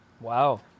Wow